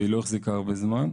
והיא לא החזיקה הרבה זמן.